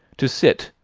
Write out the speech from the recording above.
to sit,